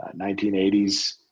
1980s